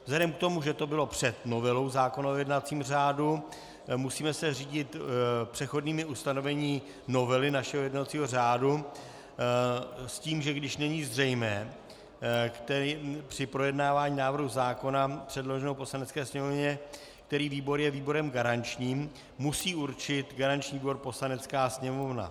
Vzhledem k tomu, že to bylo před novelou zákona o jednacím řádu, musíme se řídit přechodnými ustanoveními novely našeho jednacího řádu s tím, že když není zřejmé při projednávání návrhu zákona předloženého Poslanecké sněmovně, který výbor je výborem garančním, musí určit garanční výbor Poslanecká sněmovna.